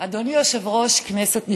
אדוני היושב-ראש, כנסת נכבדה,